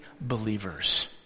believers